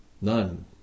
none